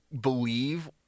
believe